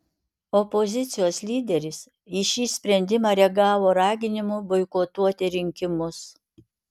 opozicijos lyderis į šį sprendimą reagavo raginimu boikotuoti rinkimus